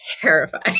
terrified